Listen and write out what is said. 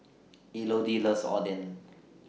Elodie loves Oden